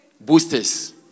Boosters